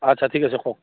আচ্ছা ঠিক আছে কওক